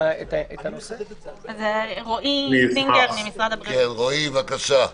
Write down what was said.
ד"ר רועי סינגר, בבקשה.